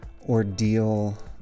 ordeal